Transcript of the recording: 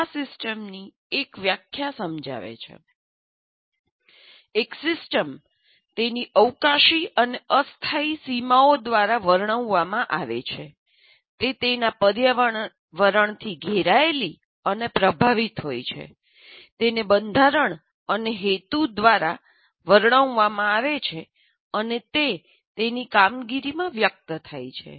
આ સિસ્ટમની એક વ્યાખ્યા સમજાવે છે એક સિસ્ટમ તેની અવકાશી અને અસ્થાયી સીમાઓ દ્વારા વર્ણવવામાં આવે છે તે તેના પર્યાવરણથી ઘેરાયેલી અને પ્રભાવિત હોય છે તેને બંધારણ અને હેતુ દ્વારા વર્ણવવામાં આવે છે અને તે તેની કામગીરીમાં વ્યક્ત થાય છે